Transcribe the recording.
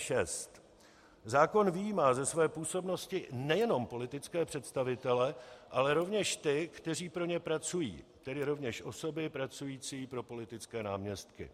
1.6 Zákon vyjímá ze své působnosti nejenom politické představitele, ale rovněž ty, kteří pro ně pracují, tedy rovněž osoby pracující pro politické náměstky.